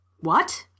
What